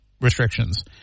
restrictions